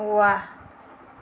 वाह